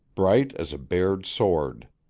bright as a bared sword.